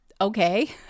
okay